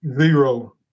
zero